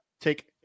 take